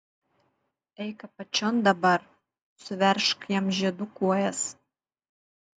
eik apačion dabar suveržk jam žiedu kojas